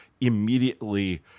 immediately